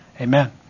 Amen